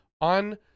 on